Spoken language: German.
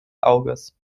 auges